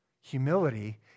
Humility